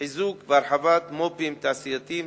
חיזוק והרחבת מו"פים תעשייתיים,